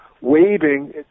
waving